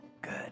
good